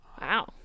wow